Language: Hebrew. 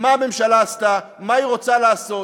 מה הממשלה עשתה, מה היא רוצה לעשות.